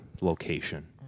location